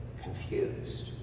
confused